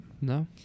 no